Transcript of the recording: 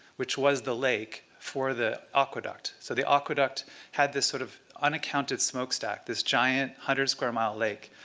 which was the lake, for the aqueduct. so the aqueduct had this sort of unaccounted smokestack, this giant, hundred-square-mile lake.